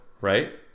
right